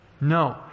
No